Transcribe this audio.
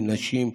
נשים,